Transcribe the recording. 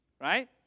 right